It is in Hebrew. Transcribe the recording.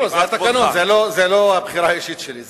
זה התקנון, זאת לא הבחירה האישית שלי.